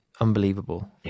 unbelievable